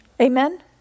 Amen